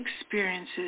experiences